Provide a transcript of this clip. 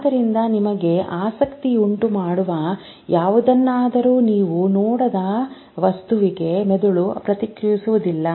ಆದ್ದರಿಂದ ನಿಮಗೆ ಆಸಕ್ತಿಯುಂಟುಮಾಡುವ ಯಾವುದನ್ನಾದರೂ ನೀವು ನೋಡದ ವಸ್ತುವಿಗೆ ಮೆದುಳು ಪ್ರತಿಕ್ರಿಯಿಸುವುದಿಲ್ಲ